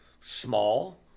small